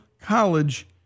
college